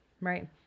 Right